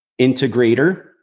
integrator